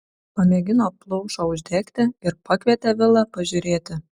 pamėgino plaušą uždegti ir pakvietė vilą pažiūrėti